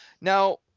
Now